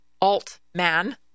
Altman